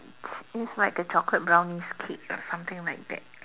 it's like a chocolate brownies cake or something like that